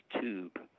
tube